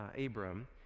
Abram